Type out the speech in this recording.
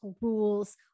rules